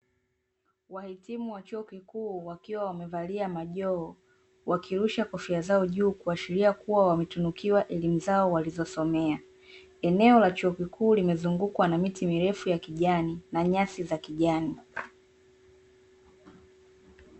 Wahitimu wa chuo kikuu, wakiwa wamevalia majoho, wakishura kofia zao juu, kuashiria kuwa wametunukiwa elimu zao walizosomea. Eneo la chuo kikuu limezungukwa na miti mirefu ya kijani, na nyasi za kijani.